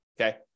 okay